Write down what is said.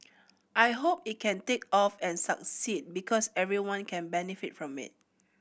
I hope it can take off and succeed because everyone can benefit from it